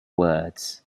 words